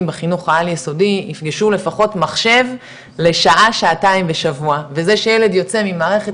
בחינוך העל יסודי יפגשו לפחות מחשב לשעה שעתיים בשבוע וזה שילד יוצא ממערכת